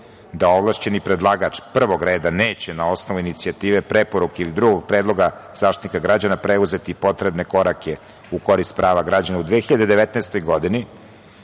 da ovlašćeni predlagač prvog reda neće na osnovu inicijative, preporuke ili drugog predloga Zaštitnika građana preuzeti potrebne korake u korist prava građana. U 2019. godini